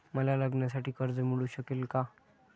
मला लग्नासाठी कर्ज मिळू शकेल का?